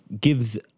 gives